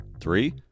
three